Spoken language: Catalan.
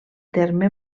terme